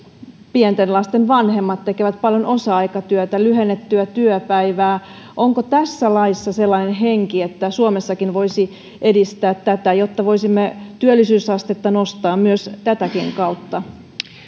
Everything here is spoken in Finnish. pienten lasten vanhemmat tekevät paljon osa aikatyötä lyhennettyä työpäivää onko tässä laissa sellainen henki että suomessakin voisi edistää tätä jotta voisimme työllisyysastetta nostaa myös tätä kautta